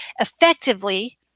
effectively